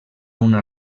una